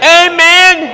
amen